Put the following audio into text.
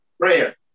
Prayer